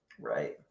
right